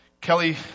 Kelly